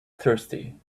thirsty